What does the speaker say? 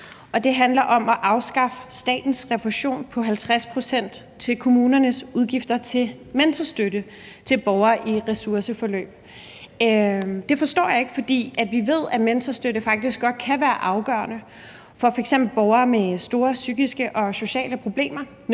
det handler om at afskaffe statens refusion på 50 pct. til kommunernes udgifter til mentorstøtte til borgere i ressourceforløb. Det forstår jeg ikke, for vi ved, at mentorstøtte faktisk godt kan være afgørende for f.eks. borgere med store psykiske og sociale problemer